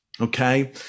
okay